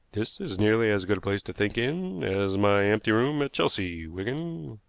this is nearly as good a place to think in as my empty room at chelsea, wigan.